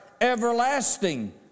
everlasting